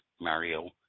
Mario